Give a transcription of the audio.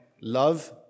love